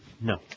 No